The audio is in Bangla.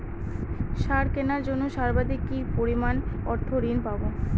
সার কেনার জন্য সর্বাধিক কি পরিমাণ অর্থ ঋণ পাব?